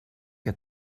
que